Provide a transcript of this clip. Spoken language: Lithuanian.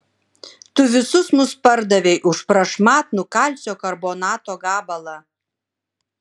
tu visus mus pardavei už prašmatnų kalcio karbonato gabalą